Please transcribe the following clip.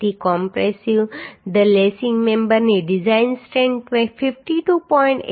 તેથી compressive the lacing મેમ્બરની design strength 52